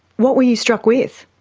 what were you struck with?